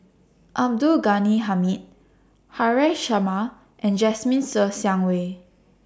Abdul Ghani Hamid Haresh Sharma and Jasmine Ser Xiang Wei